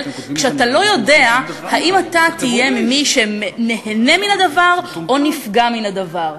כשאתה לא יודע אם אתה תהיה מי שנהנה מן הדבר או נפגע מן הדבר.